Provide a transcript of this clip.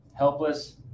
helpless